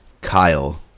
Kyle